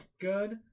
good